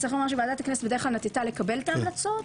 צריך לומר שוועדת הכנסת בדרך כלל נטתה לקבל את ההמלצות,